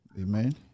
Amen